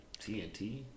TNT